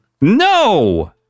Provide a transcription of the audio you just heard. No